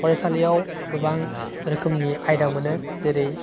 फराइसालियाव गोबां रोखोमनि आयदा मोनो जेरै